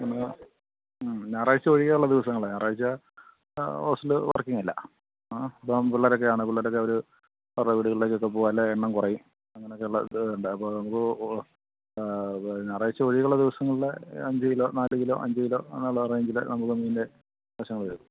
പിന്നെ ഞായറാഴ്ച ഒഴികെയുള്ള ദിവസങ്ങളില് ഞായറാഴ്ച ഹോസ്റ്റല് വർക്കിംഗല്ല ആ ഇപ്പോള് പിള്ളേരൊക്കെയാണ് പിള്ളരൊക്കെ അവര് അവരുടെ വീടുകളിലേക്കൊക്കെ പോകും അല്ലെങ്കില് എണ്ണം കുറയും അങ്ങനൊക്കെയുള്ള ഇ ഉണ്ട് അപ്പോള് നമുക്ക് ഞായറാഴ്ച ഒഴികെയുള്ള ദിവസങ്ങളില് അഞ്ച് കിലോ നാല് കിലോ അഞ്ച് കിലോ എന്നുള്ള റേഞ്ചില് നമുക്ക് മീനിൻ്റെ ആവശ്യം വരും